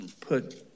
put